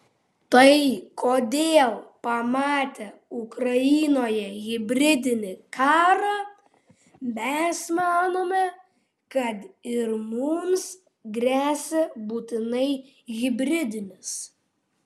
tai kodėl pamatę ukrainoje hibridinį karą mes manome kad ir mums gresia būtinai hibridinis